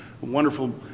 wonderful